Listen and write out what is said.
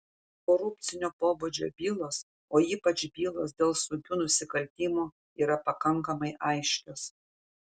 korupcinio pobūdžio bylos o ypač bylos dėl sunkių nusikaltimų yra pakankamai aiškios